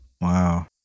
Wow